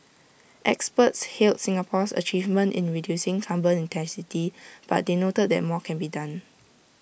experts hailed Singapore's achievement in reducing carbon intensity but they noted that more can be done